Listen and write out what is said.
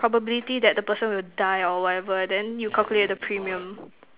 probability that the person will die or whatever then you calculate the premium